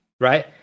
right